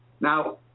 Now